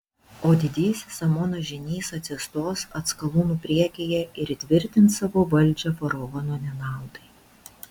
o didysis amono žynys atsistos atskalūnų priekyje ir įtvirtins savo valdžią faraono nenaudai